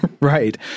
Right